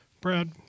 Brad